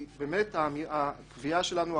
הקביעה שלנו,